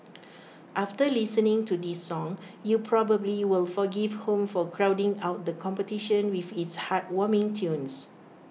after listening to this song you probably will forgive home for crowding out the competition with its heartwarming tunes